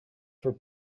for